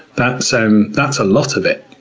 that's and that's a lot of it.